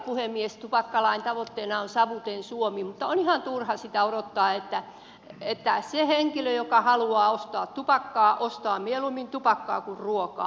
tupakkalain tavoitteena on savuton suomi mutta sitä on ihan turha odottaa sillä se henkilö joka haluaa ostaa tupakkaa ostaa mieluummin tupakkaa kuin ruokaa